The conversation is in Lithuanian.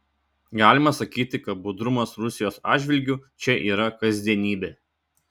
galima sakyti kad budrumas rusijos atžvilgiu čia yra kasdienybė